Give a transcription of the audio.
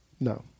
No